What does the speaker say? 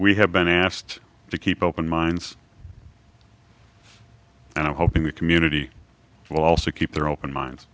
we have been asked to keep open minds and i'm hoping the community will also keep their open minds